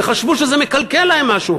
וחשבו שזה מקלקל להם משהו,